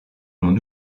l’on